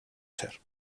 ser